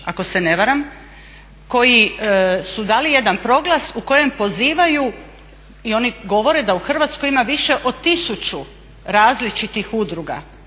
ako se ne varam koji su dali jedan proglas u kojem pozivaju i oni govore da u Hrvatskoj ima više od tisuću različitih udruga,